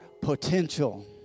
potential